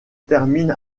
termine